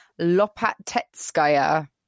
Lopatetskaya